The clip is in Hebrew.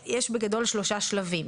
יש בגדול שלושה שלבים.